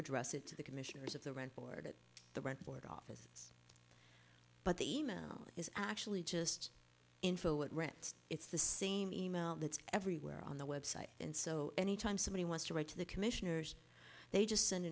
address it to the commissioners of the rent board at the white board all but the e mail is actually just in for what rent it's the same e mail that's everywhere on the website and so anytime somebody wants to write to the commissioners they just send